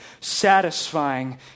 satisfying